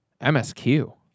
msq